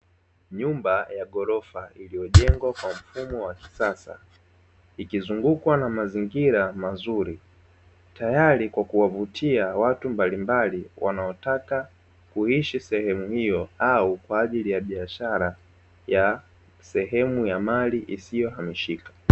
Nyumba ya ghorofa iliyojengwa kwa mfumo wa kisasa ikizungukwa na mazingira mazuri, tayari kwa kuwavutia watu mbalimbali wanaotaka kuishi sehemu hiyo au kwa ajili ya biashara ya sehemu ya mali isiyohamishika.